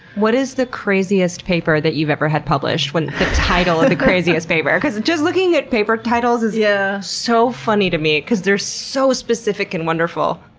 what is the craziest paper that you've ever had published? the title of the craziest paper? because just looking at paper titles is yeah so funny to me because they're so specific and wonderful.